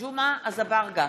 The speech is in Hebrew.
ג'מעה אזברגה,